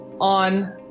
on